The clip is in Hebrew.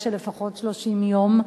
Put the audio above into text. יש לך את כל הזמן שבעולם.